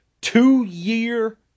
two-year